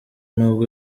nubwo